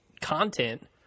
content